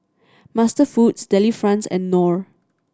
MasterFoods Delifrance and Knorr